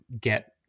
get